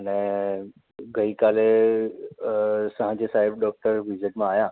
ને ગઈ કાલે સાંજે સાહેબ ડૉક્ટર વિઝિટમાં આવ્યા